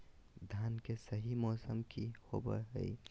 धान के सही मौसम की होवय हैय?